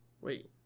Wait